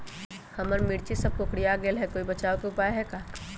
हमर मिर्ची सब कोकररिया गेल कोई बचाव के उपाय है का?